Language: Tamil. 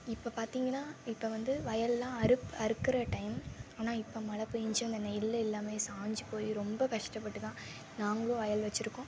இப்போ பார்த்திங்கனா இப்போ வந்து வயலெல்லாம் அறுப்பு அறுக்கிற டைம் ஆனால் இப்போ மழை பேய்ஞ்சி அந்த நெல் எல்லாம் சாய்ஞ்சிப் போய் ரொம்ப கஷ்டப்பட்டுதான் நாங்களும் வயல் வைச்சிருக்கோம்